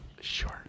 Sure